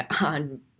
on